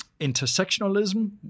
intersectionalism